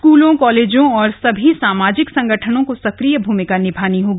स्कूलों कालेजों और सभी सामाजिक संगठनों को सक्रिय भूमिका निभानी होगी